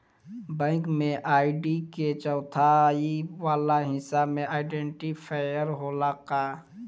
Bank में ID के चौथाई वाला हिस्सा में आइडेंटिफैएर होला का?